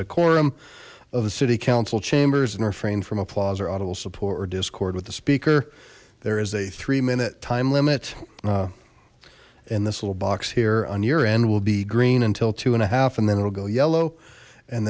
decorum of the city council chambers and refrain from applause or audible support or discord with the speaker there is a three minute time limit in this little box here on your end will be green until two and a half and then it'll go yellow and